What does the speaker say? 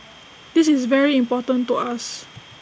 this is very important to us